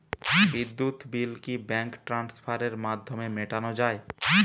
বিদ্যুৎ বিল কি ব্যাঙ্ক ট্রান্সফারের মাধ্যমে মেটানো য়ায়?